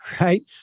right